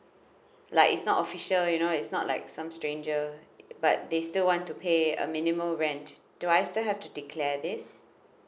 like is not official you know is not like some stranger but they still want to pay a minimal rent do I still have to declare this